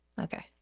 Okay